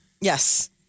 Yes